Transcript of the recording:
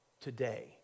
Today